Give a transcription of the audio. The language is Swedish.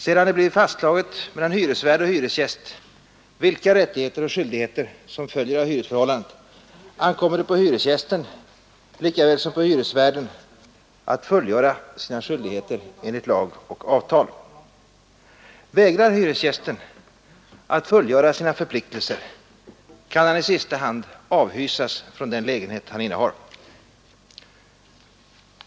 Sedan det blivit fastslaget mellan hyresvärd och hyresgäst vilka rättigheter och skyldigheter som följer av hyresförhållandet, ankommer det på hyresgästen lika väl som på hyresvärden att fullgöra sina skyldigheter enligt lag och avtal. Vägrar hyresgästen att fullgöra sina förpliktelser, kan han i sista hand avhysas från den lägenhet han innehar.